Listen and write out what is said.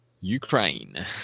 Ukraine